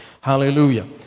Hallelujah